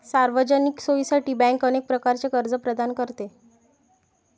सार्वजनिक सोयीसाठी बँक अनेक प्रकारचे कर्ज प्रदान करते